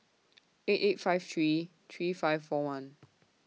eight eight five three three five four one